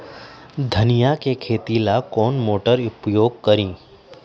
धनिया के खेती ला कौन मोटर उपयोग करी?